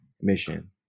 mission